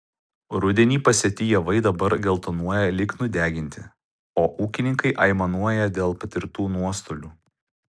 rudenį pasėti javai dabar geltonuoja lyg nudeginti o ūkininkai aimanuoja dėl patirtų nuostolių